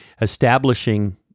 Establishing